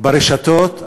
ברשתות,